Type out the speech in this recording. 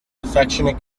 affectionate